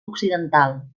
occidental